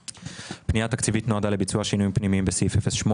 הפנייה התקציבית נועדה לביצוע שינויים פנימיים בסעיף 08,